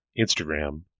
Instagram